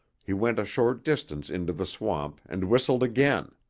he went a short distance into the swamp and whistled again.